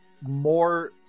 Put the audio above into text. more